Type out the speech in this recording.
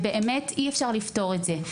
באמת אי-אפשר לפתור את זה.